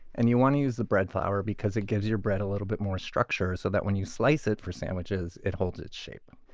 and you want to use the bread flour because it gives your bread a little bit more structure, so that when you slice if for sandwiches it holds its shape.